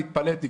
אני התפלאתי.